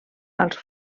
als